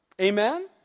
Amen